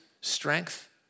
strength